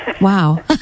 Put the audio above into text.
wow